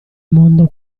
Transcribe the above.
mondo